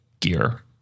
gear